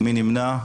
מי נמנע?